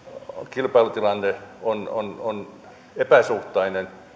kilpailutilanne on julkisella laitoksella epäsuhtainen